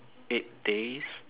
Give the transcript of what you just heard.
eight days